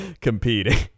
competing